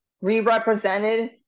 re-represented